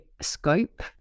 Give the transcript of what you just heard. scope